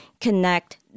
connect